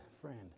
friend